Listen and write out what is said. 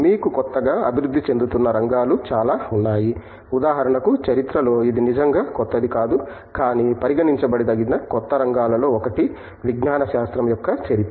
మీకు కొత్తగా అభివృద్ధి చెందుతున్న రంగాలు చాలా ఉన్నాయి ఉదాహరణకి చరిత్రలో ఇది నిజంగా క్రొత్తది కాదు కానీ పరిగణించదగిన కొత్త రంగాలలో ఒకటి విజ్ఞానశాస్త్రం యొక్క చరిత్ర